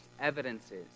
evidences